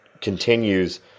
continues